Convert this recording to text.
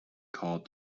called